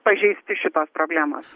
pažeisti šitos problemos